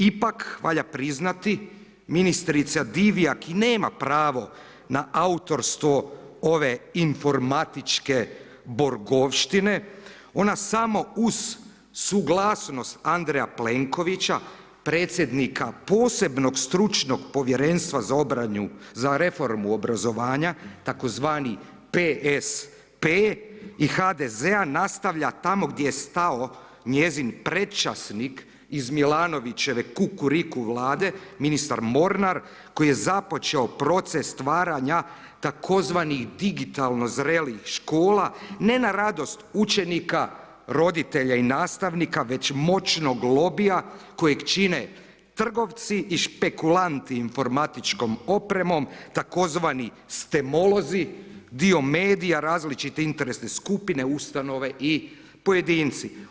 Ipak valja priznati ministrica Divjak nema pravo na autorstvo ove informatičke borgovštvine ona samo uz suglasnost Andreja Plenkovića predsjednika posebnog stručnog povjerenstva za reformu obrazovanja tzv. PSP i HDZ-a nastavlja tamo gdje je stao njezin prečasnik iz Milanovićeve kukuriku Vlade, ministar Mornar koji je započeo proces stvaranja tzv. digitalno zrelih škola, ne na radost učenika, roditelja i nastavnika već moćnog lobija kojeg čine trgovci i špekulanti informatičkom opremom tzv. stemolozi, dio medija, različite interesne skupine, ustanove i pojedinci.